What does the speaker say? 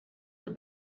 der